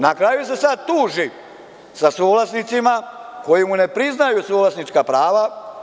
Na kraju se sada tuži sa suvlasnicima koji mu ne priznaju suvlasnička prava.